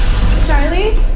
Charlie